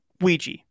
Ouija